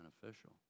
beneficial